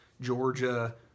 Georgia